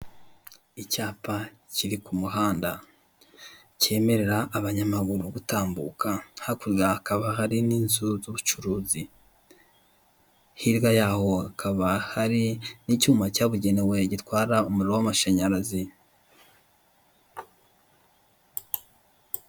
Icyapa kiri k'umuhanda cyemerera abanyamaguru gutambuka hakurya hakaba hari inzu z'ubucuruzi, hirya yaho hakaba hari icyuma cyabugenewe gitwara umuriro w'amashanyarazi.